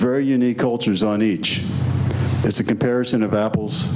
very unique cultures on each as a comparison of apples